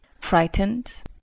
Frightened